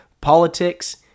politics